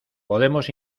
podemos